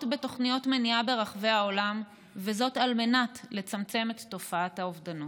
בתוכניות מניעה ברחבי העולם על מנת לצמצם את תופעת האובדנות.